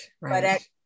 Right